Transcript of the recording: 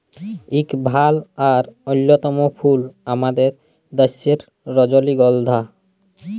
ইক ভাল আর অল্যতম ফুল আমাদের দ্যাশের রজলিগল্ধা